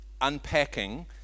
unpacking